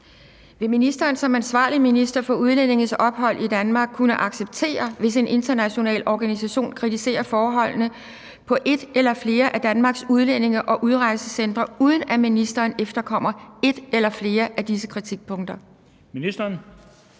Vil ministeren, som ansvarlig minister for udlændinges ophold i Danmark, kunne acceptere, hvis en international organisation kritiserer forholdene på et eller flere af Danmarks udlændinge- og udrejsecentre, uden at ministeren efterkommer et eller flere af disse kritikpunkter?